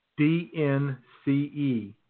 DNCE